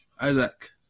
Isaac